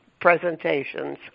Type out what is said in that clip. presentations